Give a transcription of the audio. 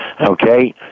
Okay